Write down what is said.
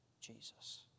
Jesus